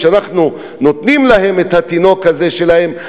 כשאנחנו נותנים להם את התינוק הזה שלהם,